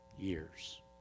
years